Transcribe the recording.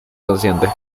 consciente